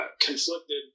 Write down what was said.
conflicted